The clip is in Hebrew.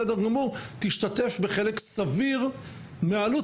בסדר גמור, תשתתף בחלק סביר מהעלות".